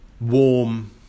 Warm